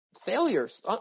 failures